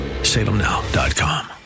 salemnow.com